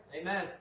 Amen